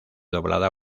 doblada